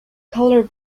color